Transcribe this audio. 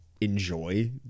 enjoy